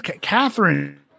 Catherine